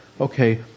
okay